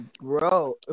Bro